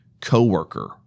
co-worker